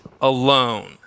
alone